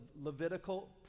Levitical